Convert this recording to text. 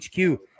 HQ